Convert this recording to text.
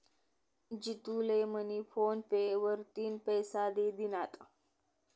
जितू ले मनी PhonePe वरतीन पैसा दि दिनात